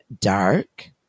dark